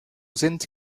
sind